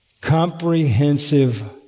Comprehensive